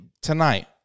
tonight